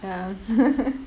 ya